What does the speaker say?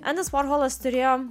endis vorholas turėjo